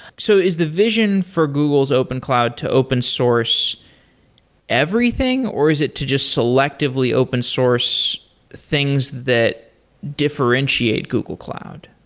so is the vision for google's open cloud to open source everything, or is it to just selectively open source things that differentiate google cloud?